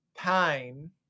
time